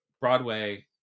Broadway